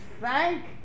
thank